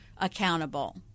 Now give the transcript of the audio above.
accountable